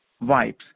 wipes